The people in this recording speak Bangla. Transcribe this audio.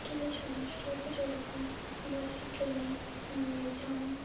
কী এই সমস্যাতে জড়িত বাসে ট্রেনে জাম